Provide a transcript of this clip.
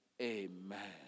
Amen